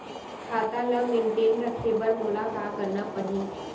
खाता ल मेनटेन रखे बर मोला का करना पड़ही?